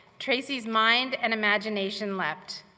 tracy's mind and imagination leapt,